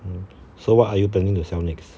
so what are you turning to sell next